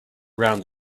around